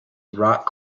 rock